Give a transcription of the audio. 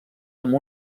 amb